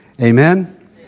Amen